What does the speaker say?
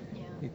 ya